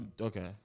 okay